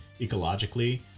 ecologically